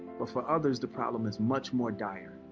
but for others, the problem is much more dire.